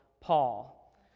Paul